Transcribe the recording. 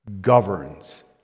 governs